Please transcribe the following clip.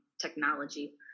technology